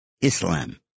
Islam